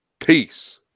Peace